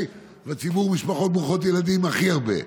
ולציבור עם משפחות ברוכות ילדים הכי הרבה,